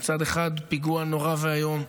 מצד אחד פיגוע נורא ואיום.